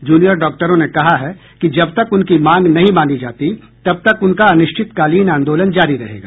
junior डॉक्टरों ने कहा है कि जब तक उनकी मांग नहीं मानी जाती तब तक उनका अनिश्चितकालीन आंदोलन जारी रहेगा